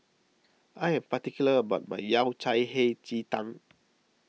I am particular about my Yao Cai Hei Ji Tang